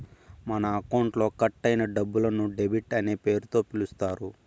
మన అకౌంట్లో కట్ అయిన డబ్బులను డెబిట్ అనే పేరుతో పిలుత్తారు